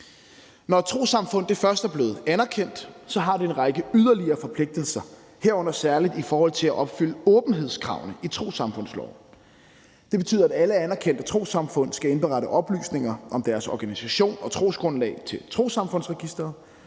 Når et trossamfund først er blevet anerkendt, har det en række yderligere forpligtelser, herunder særlig i forhold til at opfylde åbenhedskravene i trossamfundsloven. Det betyder, at alle anerkendte trossamfund skal indberette oplysninger om deres organisation og trosgrundlag til Trossamfundsregistret,